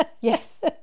yes